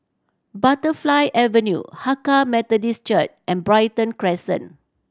Butterfly Avenue Hakka Methodist Church and Brighton Crescent